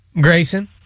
Grayson